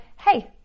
hey